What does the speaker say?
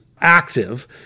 active